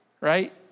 right